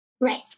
Right